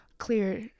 clear